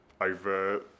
over